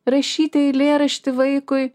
rašyti eilėraštį vaikui